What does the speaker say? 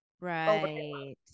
Right